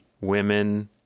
women